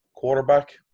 quarterback